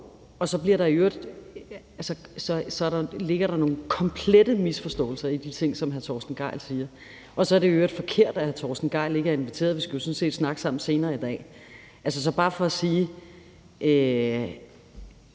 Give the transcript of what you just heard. Der ligger nogle komplette misforståelser i de ting, som hr. Torsten Gejl siger, og så er det i øvrigt forkert, at hr. Torsten Gejl ikke er inviteret; vi skulle jo sådan set snakke sammen senere i dag. Så det er bare for at sige,